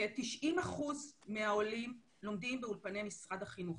כ-90% מהעולים לומדים באולפני משרד החינוך,